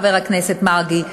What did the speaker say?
חבר הכנסת מרגי,